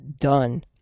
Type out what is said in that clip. done